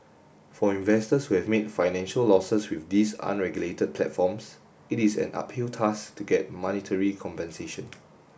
for investors who have made financial losses with these unregulated platforms it is an uphill task to get monetary compensation